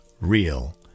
real